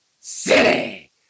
city